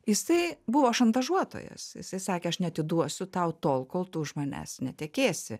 jisai buvo šantažuotojas jisai sakė aš neatiduosiu tau tol kol tu už manęs netekėsi